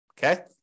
Okay